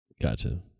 gotcha